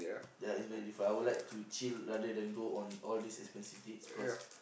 ya it's very different I would like to chill rather than go on all these expensive dates because